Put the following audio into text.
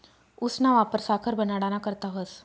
ऊसना वापर साखर बनाडाना करता व्हस